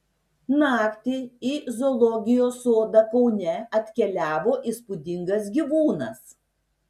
naktį į zoologijos sodą kaune atkeliavo įspūdingas gyvūnas